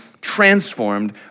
transformed